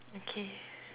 okay